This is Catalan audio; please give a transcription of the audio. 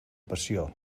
passió